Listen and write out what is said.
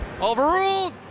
Overruled